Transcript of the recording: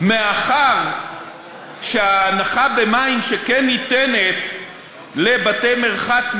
מאחר שההנחה במים שכן ניתנת לבתי-מרחץ,